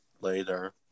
later